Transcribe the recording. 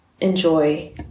enjoy